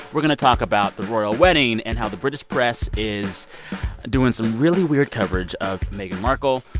we're going to talk about the royal wedding and how the british press is doing some really weird coverage of meghan markle.